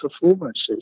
performances